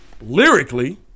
lyrically